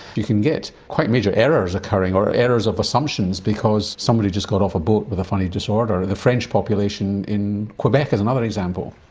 you can get quite major errors occurring or errors of assumptions because somebody just got off a boat with a funny disorder. and the french population in quebec is another example.